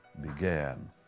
began